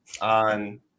on